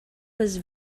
was